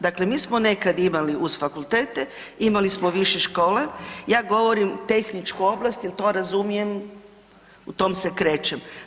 Dakle, mi smo nekad imali uz fakultete, imali smo više škole, ja govorim tehnički oblast jer to razumijem, u tom se krećem.